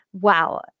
Wow